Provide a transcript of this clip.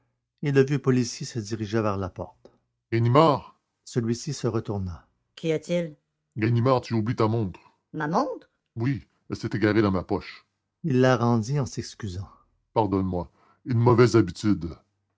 et le vieux policier se dirigea vers la porte ganimard celui-ci se retourna qu'y a-t-il ganimard vous oubliez votre montre ma montre oui elle s'est égarée dans ma poche il la rendit en s'excusant pardonne-moi une mauvaise habitude